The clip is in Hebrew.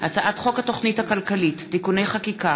הצעת חוק התוכנית הכלכלית (תיקוני חקיקה